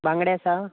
बांगडे आसा